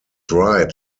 right